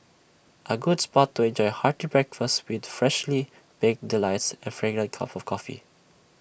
A good spot to enjoy hearty breakfast with freshly baked delights and fragrant cup of coffee